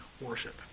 worship